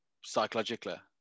psychologically